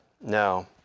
no